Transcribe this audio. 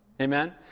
Amen